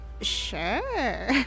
Sure